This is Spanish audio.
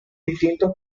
distintos